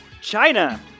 China